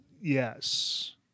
yes